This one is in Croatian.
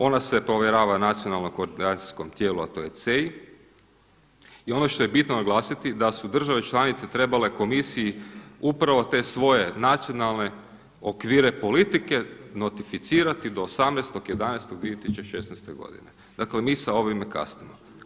Ona se povjerava nacionalnom koordinacijskom tijelu, a to je CEI i ono što je bitno naglasiti da su države članice trebale komisiji upravo te svoje nacionalne okvire politike notificirati do 18.11.2016. godine, dakle mi sa ovime kasnimo.